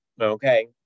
Okay